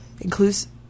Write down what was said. inclusive